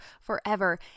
forever